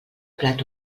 plat